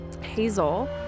Hazel